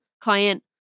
client